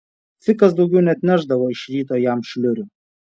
fikas daugiau neatnešdavo iš ryto jam šliurių